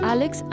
Alex